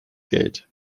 geld